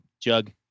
jug